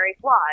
flawed